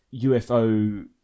UFO